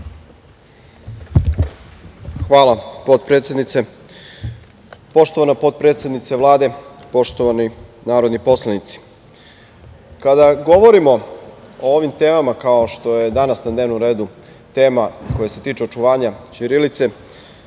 Hvala, potpredsednice. Poštovana potpredsednice Vlade, poštovani narodni poslanici, kada govorimo o ovim temama kao što je danas na dnevnom redu tema koja se tiče očuvanja ćirilice,